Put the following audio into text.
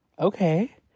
okay